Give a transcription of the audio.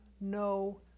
no